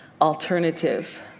alternative